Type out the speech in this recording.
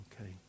okay